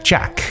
Jack